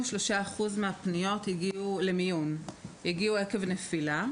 כ-53% מהפניות הגיעו למיון עקב נפילה.